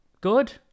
good